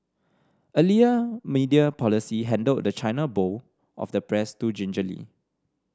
earlier media policy handled the China bowl of the press too gingerly